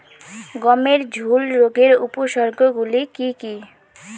গমের ঝুল রোগের উপসর্গগুলি কী কী?